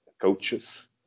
coaches